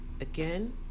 Again